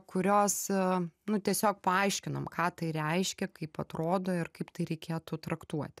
kurios nu tiesiog paaiškinam ką tai reiškia kaip atrodo ir kaip tai reikėtų traktuoti